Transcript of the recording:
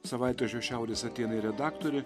savaitraščio šiaurės atėnai redaktorė